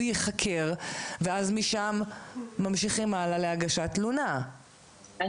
הוא ייחקר ואז משם ממשיכים הלאה להגשת תלונה,